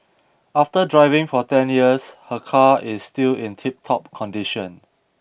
after driving for ten years her car is still in tiptop condition